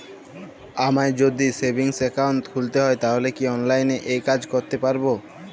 আমায় যদি savings account খুলতে হয় তাহলে কি অনলাইনে এই কাজ করতে পারবো?